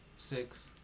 six